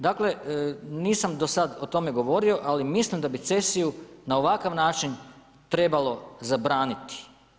Dakle, nisam do sada o tome govorio, ali mislim da bi cesiju, na ovakav način trebalo zabraniti.